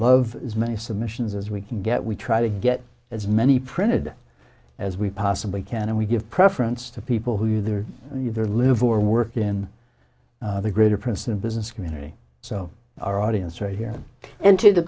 love as many submissions as we can get we try to get as many printed as we possibly can and we give preference to people who either either live or work in the greater princeton business community so our audience are here and to the